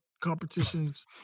competitions